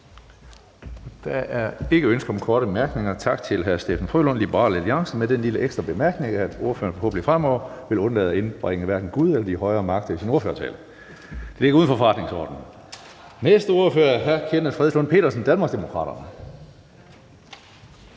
Der er ikke ønske om korte bemærkninger. Tak til hr. Steffen W. Frølund, Liberal Alliance, med den lille ekstra bemærkning, at ordføreren forhåbentlig fremover vil undlade at inddrage Gud eller de højere magter i sine ordførertaler. Det er uden for forretningsordenen. Den næste ordfører er hr. Kenneth Fredslund Petersen, Danmarksdemokraterne.